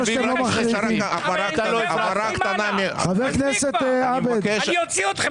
מספיק כבר, אני אוציא אתכם.